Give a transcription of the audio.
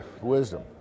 Wisdom